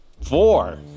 Four